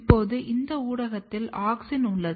இப்போது இந்த ஊடகத்தில் ஆக்ஸின் உள்ளது